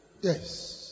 Yes